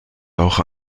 auch